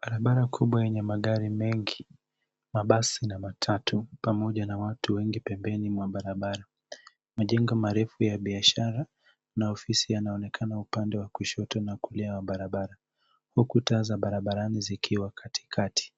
Barabara kubwa yenye magari mengi, mabasi na matatu pamoja na watu wengi pembeni mwa barabara. Majengo marefu ya biashara na ofisi yanaonekana upande wa kushoto na kulia wa barabara huku taa za barabarani zikiwa katikati.